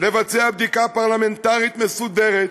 לבצע בדיקה פרלמנטרית מסודרת,